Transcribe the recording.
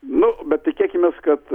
nu bet tikėkimės kad